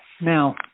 Now